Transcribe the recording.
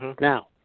Now